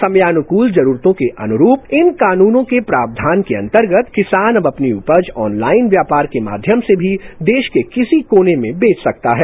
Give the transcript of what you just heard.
समयानुकूल जरूरतों के अनुरुप इन कानूनों के प्रावधान के अंतर्गत किसान अब अपनी ऊपज ऑनलाइन व्यापार के माध्यम से भी देश के किसी कोने में बेच सकता है